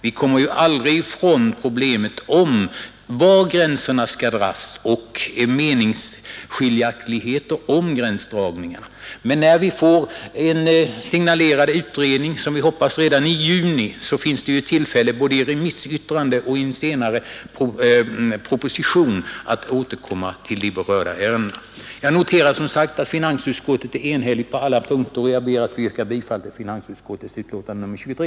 Vi kommer ju aldrig ifrån problemen om var gränserna skall dras och vi kommer aldrig ifrån meningsskiljaktigheter om dessa gränsdragningar. Men när vi får den signalerade utredningen — vi hoppas den kommer redan i juni — blir det tillfälle att i remissyttranden och med anledning av den blivande propositionen återkomma till de berörda frågorna. Jag noterar, som sagt, att finansutskottet är enhälligt på alla punkter. Jag ber att få yrka bifall till finansutskottets hemställan i betänkande nr 23.